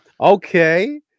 Okay